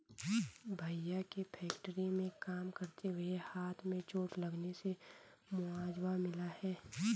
भैया के फैक्ट्री में काम करते हुए हाथ में चोट लगने से मुआवजा मिला हैं